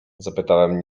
zapytałem